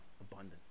abundant